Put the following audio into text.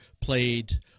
played